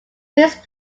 please